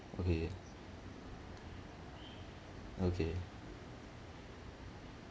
okay okay